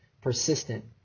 persistent